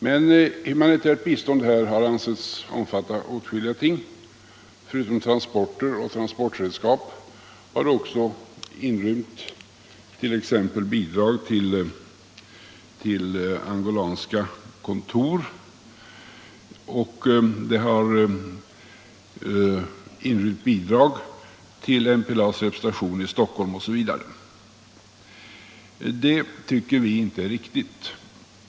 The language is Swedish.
Men humanitärt bistånd har här ansetts omfatta åtskilliga ting. Förutom transporter och transportredskap har det också inrymt t.ex. bidrag till angolanska kontor och MPLA:s representation i Stockholm. Detta tycker vi inte är riktigt.